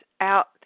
out